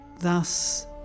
Thus